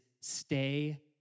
stay